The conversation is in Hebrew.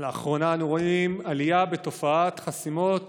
לאחרונה אנו רואים עלייה בתופעת חסימות